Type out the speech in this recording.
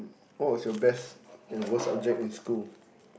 what was your best and worst subject in school